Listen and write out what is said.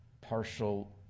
partial